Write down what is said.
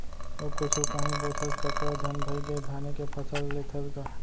अउ कुछु कांही बोथस कका धन भइगे धाने के फसल लेथस गा?